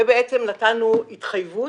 ובעצם נתנו התחייבות.